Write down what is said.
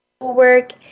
work